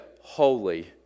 holy